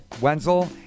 Wenzel